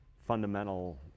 fundamental